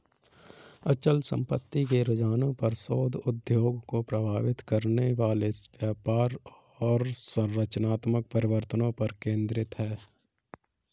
अचल संपत्ति के रुझानों पर शोध उद्योग को प्रभावित करने वाले व्यापार और संरचनात्मक परिवर्तनों पर केंद्रित है